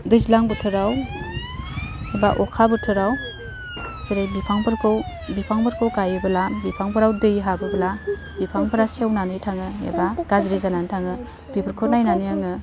दैज्लां बोथोराव एबा अखा बोथोराव जेरै बिफांफोरखौ बिफांफोरखौ गायोबोला बिफांफोराव दै हाबोब्ला बिफांफोरा सेवनानै थाङो एबा गाज्रि जानानै थाङो बेफोरखौ नायनानै आङो